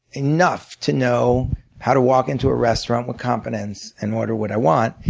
enough to know how to walk into a restaurant with confidence and order what i want.